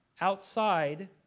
outside